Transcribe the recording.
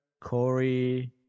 Corey